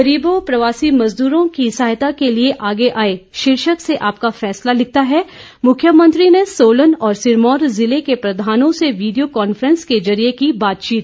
गरीबों प्रवासी मजदूरों की सहायता के लिए आगे आए शीर्षक से आपका फैसला लिखता है मुख्यमंत्री ने सोलन और सिरमौर जिलों के प्रधानों से वीडियो कान्फ्रैस के जरिये की बातचीत